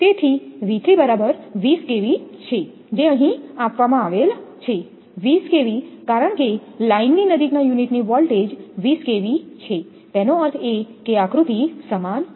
તેથી બરાબર 20 kV છે જે અહીં આપવામાં આવેલા છે 20 kV કારણ કે લાઇનની નજીકના યુનિટ ની વોલ્ટેજ 20 kV છે તેનો અર્થ એ કે આકૃતિ સમાન છે